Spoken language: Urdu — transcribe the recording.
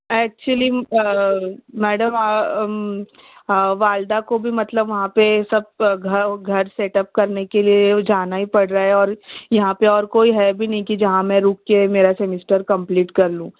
ایکچولی میڈم والدہ کو بھی مطلب وہاں پہ سب گھر گھر سیٹ اپ کرنے کے لیے جانا ہی پڑ رہا ہے اور یہاں پہ اور کوئی ہے بھی نہیں کہ جہاں میں رک کے میرا سمیسٹر کمپلیٹ کر لوں